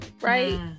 right